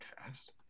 fast